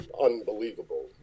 unbelievable